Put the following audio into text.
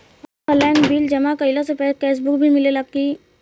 Online bill जमा कईला से कैश बक भी मिलेला की?